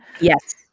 Yes